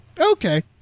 Okay